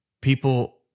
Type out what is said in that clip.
people